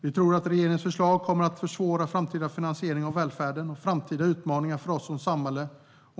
Vi tror att regeringens förslag kommer att försvåra framtida finansiering av välfärden och framtida utmaningar för oss som samhälle.